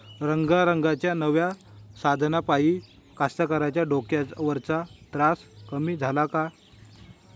रंगारंगाच्या नव्या साधनाइपाई कास्तकाराइच्या डोक्यावरचा तरास कमी झाला का?